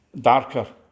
darker